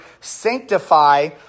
sanctify